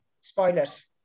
Spoilers